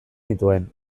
nituen